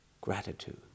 Gratitude